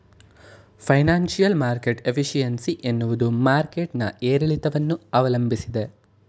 financial market efficiency ಎನ್ನುವುದು market ನ ಏರಿಳಿತವನ್ನು ಅವಲಂಬಿಸಿದೆ